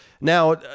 now